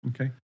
Okay